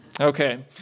Okay